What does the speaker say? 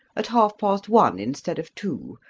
at half-past one, instead of two.